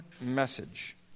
message